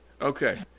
okay